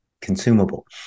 consumable